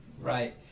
Right